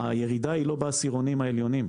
הירידה היא לא בעשירונים העליונים.